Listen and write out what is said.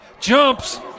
jumps